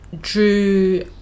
drew